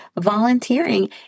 volunteering